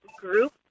group